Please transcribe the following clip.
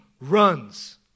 runs